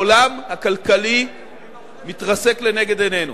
העולם הכלכלי מתרסק לנגד עינינו.